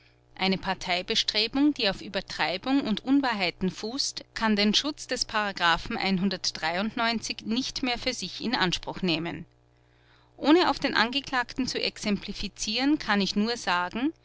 eine parteibestrebung die auf übertreibung und unwahrheiten heiten fußt kann den schutz des nicht mehr für sich in anspruch nehmen ohne auf den angeklagten zu exemplifizieren kann ich nur sagen